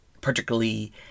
particularly